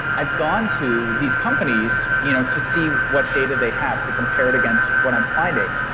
i've gone to these companies you know to see what data they have to compare it against what i'm finding,